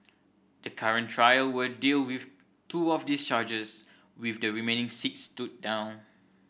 the current trial will deal with two of those charges with the remaining six stood down